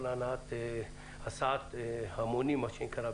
הסעת המונים מה שנקרא,